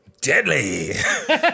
deadly